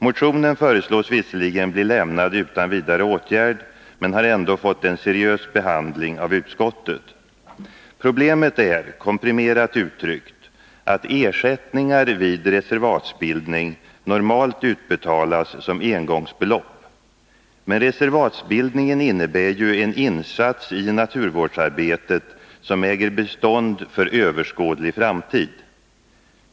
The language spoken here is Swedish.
Motionen föreslås visserligen bli lämnad utan vidare åtgärd, men den har ändå fått en seriös behandling av utskottet. Problemet är, komprimerat uttryckt, att ersättningar vid reservatsbildning normalt utbetalas som engångsbelopp. Men reservatsbildningen innebär ju en insats i naturvårdsarbetet som äger bestånd för överskådlig framtid.